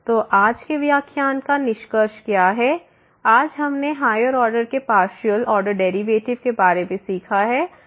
तो आज के व्याख्यान का निष्कर्ष क्या है आज हमने हायर ऑर्डर के पार्शियल ऑर्डर डेरिवेटिव के बारे में सीखा है